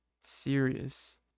serious